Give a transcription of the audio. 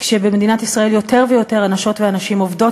כשבמדינת ישראל יותר ויותר אנשות ואנשים עובדות